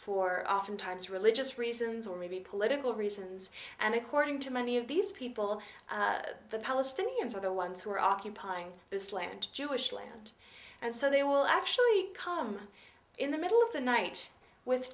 for oftentimes religious reasons or maybe political reasons and according to many of these people the palestinians are the ones who are occupying this land jewish land and so they will actually come in the middle of the night with